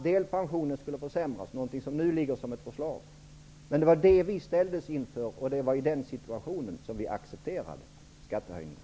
Delpensionerna skulle försämras, vilket nu ligger som förslag. Det var detta alternativ vi ställdes inför, och det var i den situationen som vi accepterade skattehöjningar.